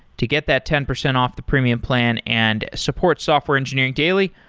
to get that ten percent off the premium plan and support software engineering daily,